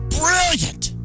brilliant